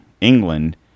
England